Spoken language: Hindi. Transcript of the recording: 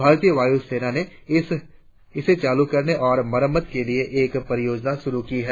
भारतीय वायु सेना ने इसे चालू करने और मरम्मत के लिए एक परियोजना शुरु की है